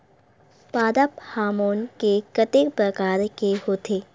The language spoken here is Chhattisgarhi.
पादप हामोन के कतेक प्रकार के होथे?